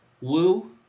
Woo